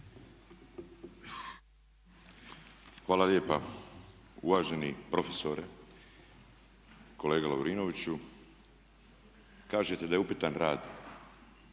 Hvala lijepa. Uvaženi profesore, kolega Lovrinoviću kažete da je upitan rad